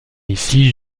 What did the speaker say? ici